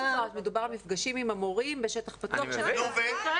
מדובר על מפגשים עם המורים בשטח פתוח --- בסדר,